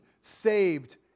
saved